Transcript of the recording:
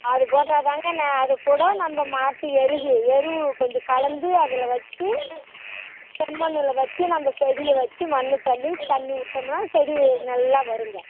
அது போட்டால் தாங்க நான் அது கூட நம்ப மாட்டு எரு எரு கொஞ்சம் கலந்து அதில் வெச்சு செம்மண்ணில் வெச்சு நம்ப செடியை வெச்சு மண் தள்ளி தண்ணி விட்டம்னா செடி நல்லா வருங்க